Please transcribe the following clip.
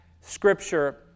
scripture